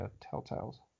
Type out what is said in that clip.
Telltales